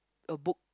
a book